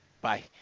Bye